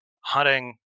hunting